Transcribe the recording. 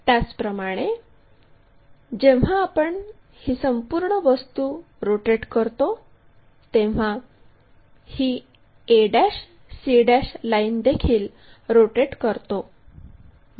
त्याचप्रमाणे जेव्हा आपण ही संपूर्ण वस्तू रोटेट करतो तेव्हा ही a c लाईन देखील रोटेट करतो